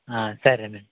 సరేనండి